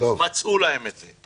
מצאו להם את זה.